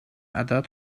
عدد